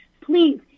please